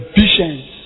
visions